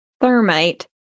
Thermite